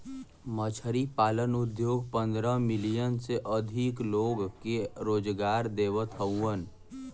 मछरी पालन उद्योग पंद्रह मिलियन से अधिक लोग के रोजगार देवत हउवन